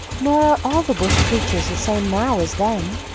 nor are all the bush creatures the same now as then.